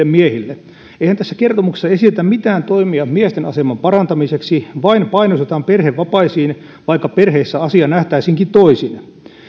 oleville miehille eihän tässä kertomuksessa esitetä mitään toimia miesten aseman parantamiseksi vain painostetaan perhevapaisiin vaikka perheissä asia nähtäisiinkin toisin